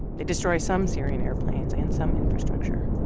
they destroy some syrian airplanes and some infrastructure.